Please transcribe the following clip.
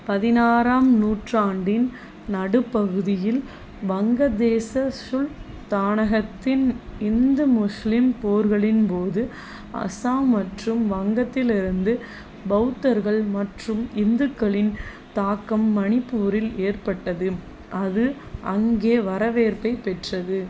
பதினாறாம் நூற்றாண்டின் நடுப்பகுதியில் வங்க தேச சுல்தானகத்தின் இந்து முஸ்லீம் போர்களின்போது அஸ்ஸாம் மற்றும் வங்கத்திலிருந்து பௌத்தர்கள் மற்றும் இந்துக்களின் தாக்கம் மணிப்பூரில் ஏற்பட்டது அது அங்கே வரவேற்பைப் பெற்றது